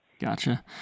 Gotcha